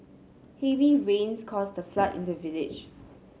heavy rains caused a flood in the village